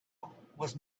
was